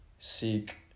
seek